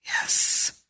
Yes